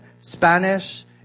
Spanish